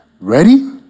Ready